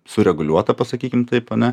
sureguliuota pasakykim taip ane